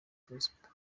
prosper